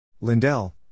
Lindell